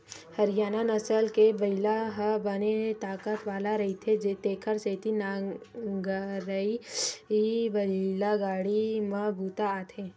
हरियाना नसल के बइला ह बने ताकत वाला होथे तेखर सेती नांगरए बइला गाड़ी म बूता आथे